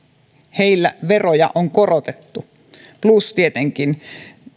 heillä veroja on korotettu plus tietenkin